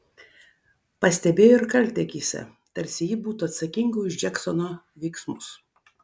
pastebėjo ir kaltę akyse tarsi ji būtų atsakinga už džeksono veiksmus